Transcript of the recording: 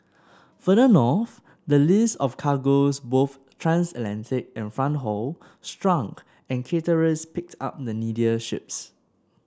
further north the list of cargoes both transatlantic and front haul shrunk and charterers picked up the needier ships